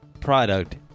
product